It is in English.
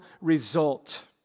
result